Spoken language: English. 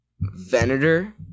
Venator